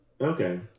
okay